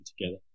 together